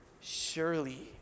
surely